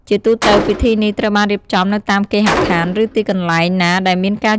ជាទូទៅ ពិធីនេះត្រូវបានរៀបចំនៅតាមគេហដ្ឋាន ឬទីកន្លែងណាដែលមានការជួបជុំគ្រួសារឬសាច់ញាតិ។